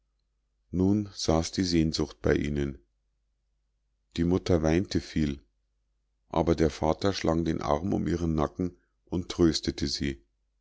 nun saß die sehnsucht bei ihnen die mutter weinte viel aber der vater schlang den arm um ihren nacken und tröstete sie